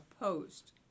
opposed